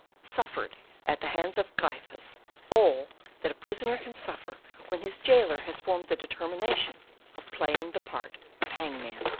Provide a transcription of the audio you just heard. suffered at the hands of gryphus all that a prisoner can suffer when his jailer has formed the determination of playing the part of hangman.